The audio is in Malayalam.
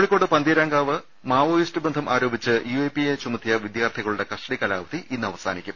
കോഴിക്കോട് പന്തീരാങ്കാവ് മാവോയിസ്റ്റ് ബന്ധം ആരോപിച്ച് യു എ പി എ ചുമത്തിയ വിദ്യാർത്ഥികളുടെ കസ്റ്റഡി കാലാവധി ഇന്ന് അവസാനിക്കും